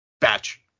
batch